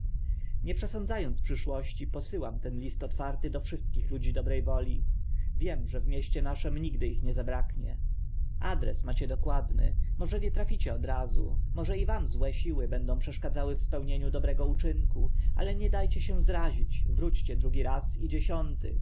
nie przesądza ąc przyszłości posyłam ten list otwarty do wszystkich ludzi dobre woli wiem że w mieście naszym nigdy ich nie zabraknie adres macie dokładny może nie traficie od razu może i wam złe siły będą przeszkadzały w spełnieniu dobrego uczynku ale nie da cie się zrazić wróćcie raz drugi i dziesiąty